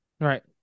Right